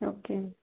okay